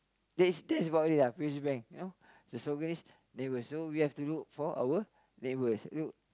that is that's about it lah P_O_S_B you know the slogan is neighbours so we have to look for our neighbours look